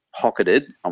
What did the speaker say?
Pocketed